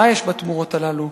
מה יש בתמורות האלה?